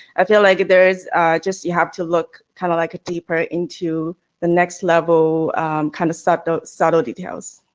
i feel like there's just, you have to look kind of like deeper into the next level kind of stuff. those subtle details.